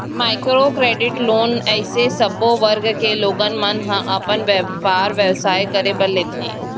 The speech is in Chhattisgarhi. माइक्रो करेडिट लोन अइसे सब्बो वर्ग के लोगन मन ह अपन बेपार बेवसाय करे बर लेथे